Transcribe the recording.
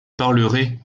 parlerai